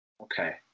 Okay